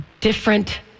different